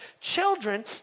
Children